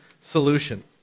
solution